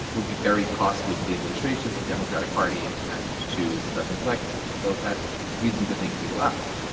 it'll be very costly to the administration, to the democratic party, and to the president's legacy. so that is reason to think he will act.